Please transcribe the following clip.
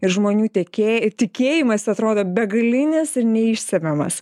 ir žmonių tekė tikėjimas atrodo begalinis ir neišsemiamas